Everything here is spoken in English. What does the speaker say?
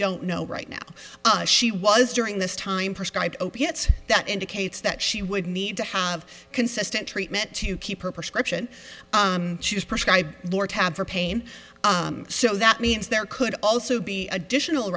don't know right now she was during this time prescribe opiates that indicates that she would need to have consistent treatment to keep her prescription she was prescribed lortab for pain so that means there could also be additional